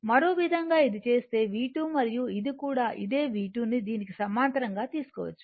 మరో విధంగా ఇది చేస్తే V2 మరియు ఇది కూడా ఇదే V2 ను దీనికి సమాంతరంగా తీసుకోవచ్చు